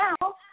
now